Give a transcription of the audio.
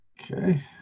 Okay